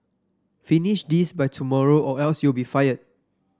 finish this by tomorrow or else you'll be fired